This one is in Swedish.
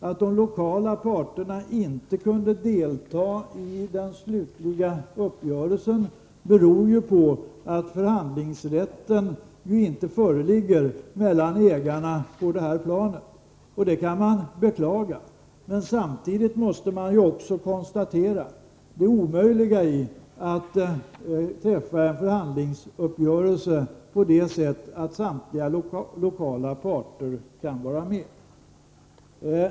Att de lokala parterna inte kunde delta i den slutliga uppgörelsen beror på att förhandlingsrätt inte föreligger mellan ägarna på det planet. Det kan man beklaga, men samtidigt måste man konstatera det omöjliga i att träffa en förhandlingsuppgörelse där samtliga lokala parter kan vara med.